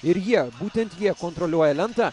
ir jie būtent jie kontroliuoja lentą